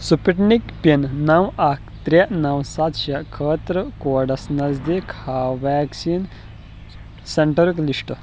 Sputnik pin نو اکھ ترٛےٚ نو ستھ شیٚے خٲطرٕ کوڈس نٔزدیٖک ہاو ویکسیٖن سیٚنٛٹرُک لِسٹہٕ